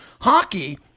Hockey